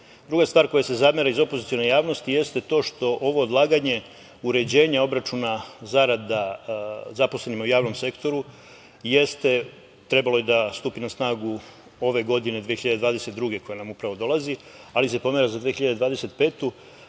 stvar koja se zamera iz opozicione javnosti, jeste to što ovo odlaganje uređenja obračuna zarada zaposlenima u javnom sektoru trebalo je da stupi na snagu ove godine 2022, koja nam upravo dolazi, ali se pomera za 2025.